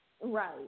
Right